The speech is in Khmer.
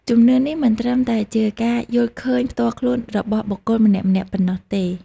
ជំនឿនេះមិនត្រឹមតែជាការយល់ឃើញផ្ទាល់ខ្លួនរបស់បុគ្គលម្នាក់ៗប៉ុណ្ណោះទេ។